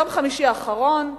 וביום חמישי האחרון הגדילה,